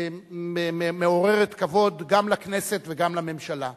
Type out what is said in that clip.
מעוררת כבוד גם לכנסת וגם לממשלה.